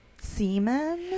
Semen